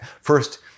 First